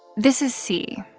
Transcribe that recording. this is c,